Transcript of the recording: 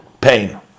pain